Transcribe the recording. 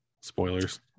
Spoilers